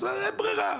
אז אין ברירה.